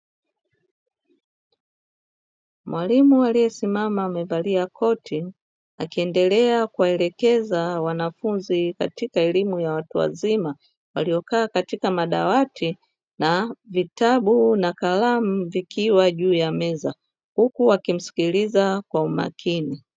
Mwalimu aliyesimama amevalia koti, akiendelea kuwaelekeza wanafunzi katika elimu ya watu wazima, waliokaa katika madawati, na vitabu na kalamu vikiwa juu ya meza, huku wakimsikiliza kwa umakini.